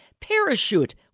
parachute